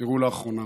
אירעו לאחרונה: